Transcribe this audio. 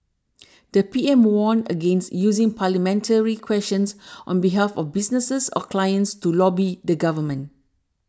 the P M warned against using parliamentary questions on behalf of businesses or clients to lobby the government